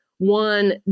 One